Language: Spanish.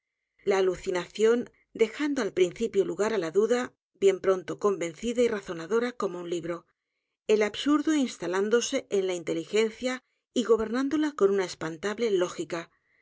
la alucinación dejando al principio lugar á la duda bien pronto convencida y razonadora como un l i b r o el absurdo instalándose en la inteligencia y gobernándola con una espantable lógica